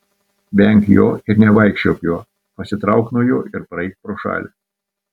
venk jo ir nevaikščiok juo pasitrauk nuo jo ir praeik pro šalį